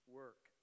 work